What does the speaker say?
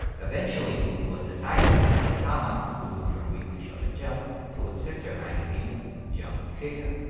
eventually, it was decided that gintama would move from weekly shonen jump to its sister magazine jump giga,